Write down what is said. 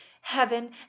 heaven